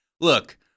look